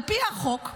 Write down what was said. על פי החוק,